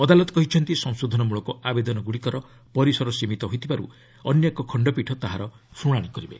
ଅଦାଲତ କହିଛନ୍ତି ସଂଶୋଧନମୂଳକ ଆବେଦନ ଗୁଡ଼ିକର ପରିସର ସୀମିତ ହୋଇଥିବାରୁ ଅନ୍ୟଏକ ଖଣ୍ଡପୀଠ ତାହାର ଶୁଣାଶି କରିବେ